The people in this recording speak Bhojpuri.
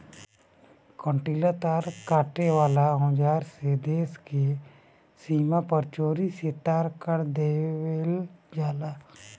कंटीला तार काटे वाला औज़ार से देश स के सीमा पर चोरी से तार काट देवेल जाला